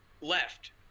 left